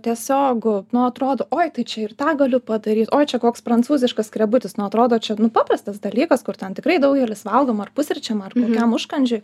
tiesiog nu atrodo oi tai čia ir tą galiu padaryt oi čia koks prancūziškas skrebutis nu atrodo čia paprastas dalykas kur ten tikrai daugelis valgom ar pusryčiam ar kokiam užkandžiui